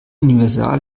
universal